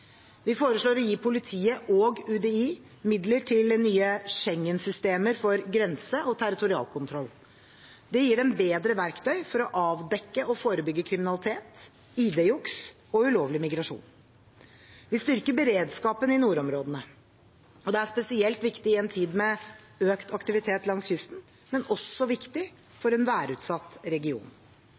Vi foreslår å gi politiet og UDI midler til nye Schengen-systemer for grense- og territorialkontroll. Det gir dem bedre verktøy for å avdekke og forebygge kriminalitet, ID-juks og ulovlig migrasjon. Vi styrker beredskapen i nordområdene. Det er spesielt viktig i en tid med økt aktivitet langs kysten, men også viktig for en værutsatt region.